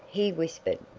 he whispered.